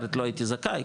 אחרת לא הייתי זכאי,